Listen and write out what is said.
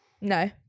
No